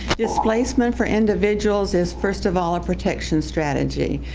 displacement for individuals is first of all a protection strategy.